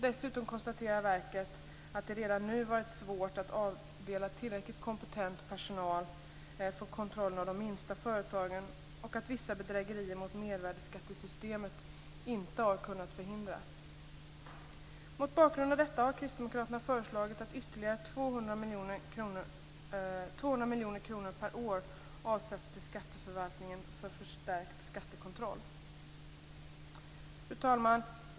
Dessutom konstaterar verket att det redan nu varit svårt att avdela tillräckligt kompetent personal för kontrollen av de minsta företagen och att vissa bedrägerier mot mervärdesskattesystemet inte har kunnat förhindras. Mot bakgrund av detta har kristdemokraterna föreslagit att ytterligare 200 miljoner kronor per år avsätts till Skatteförvaltningen för förstärkt skattekontroll. Fru talman!